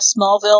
Smallville